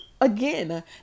again